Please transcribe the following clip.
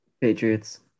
Patriots